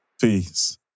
Peace